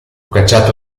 cacciato